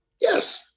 yes